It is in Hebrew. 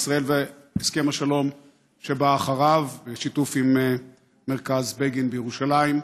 בישראל והסכם השלום שבא אחריו בשיתוף עם מרכז בגין בירושלים.